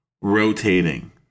rotating